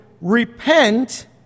repent